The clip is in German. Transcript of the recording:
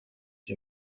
der